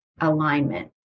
alignment